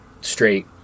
straight